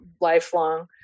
lifelong